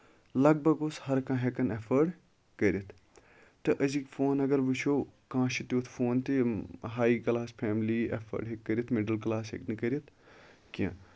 لگ بگ اوس ہر کانہہ ہٮ۪کان ایفٲڈ کٔرِتھ تہٕ أزکۍ فون اَگر وٕچھو کانہہ چھُ تیُتھ فون تہِ یِم ہاے کَلاس فیملی ایفٲڈ ہٮ۪کہِ کٔرِتھ مَڈٕل کَلاس ہٮ۪کہِ نہٕ کٔرِتھ کیٚنہہ